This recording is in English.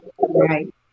Right